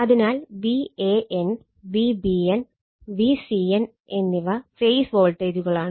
അതിനാൽ Van Vbn Vcn എന്നിവ phase വോൾട്ടേജുകളാണ്